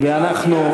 ואנחנו,